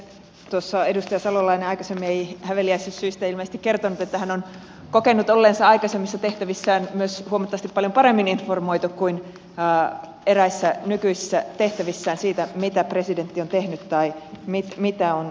tuossa edustaja salolainen aikaisemmin ei häveliäisyyssyistä ilmeisesti kertonut että hän on kokenut olleensa aikaisemmissa tehtävissään myös huomattavasti paljon paremmin informoitu kuin eräissä nykyisissä tehtävissään siitä mitä presidentti on tehnyt tai mitä on tapahtunut